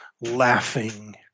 laughing